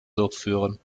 durchführen